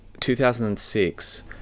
2006